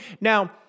Now